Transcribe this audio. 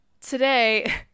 today